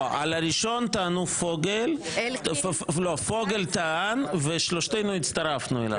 לא, על הראשון פוגל טען ושלושתנו הצטרפנו.